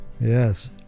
yes